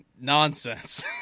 Nonsense